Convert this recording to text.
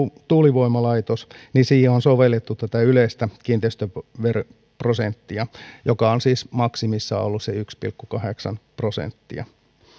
tuulivoimalaitos siihen on sovellettu tätä yleistä kiinteistöveroprosenttia joka on siis maksimissaan ollut se yksi pilkku kahdeksan prosenttia